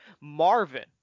Marvin